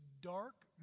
dark